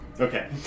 okay